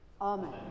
Amen